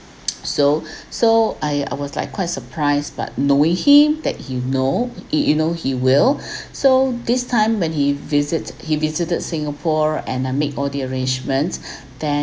so so I I was like quite surprised but knowing him that he know you you know he will so this time when he visits he visited singapore and I make all the arrangements then